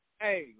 Hey